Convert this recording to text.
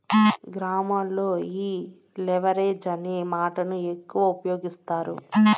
గ్రామాల్లో ఈ లెవరేజ్ అనే మాటను ఎక్కువ ఉపయోగిస్తారు